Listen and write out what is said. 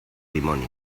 dimoni